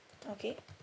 okay